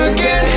Again